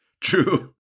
true